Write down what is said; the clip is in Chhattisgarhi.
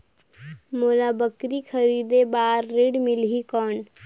मोला बकरी खरीदे बार ऋण मिलही कौन?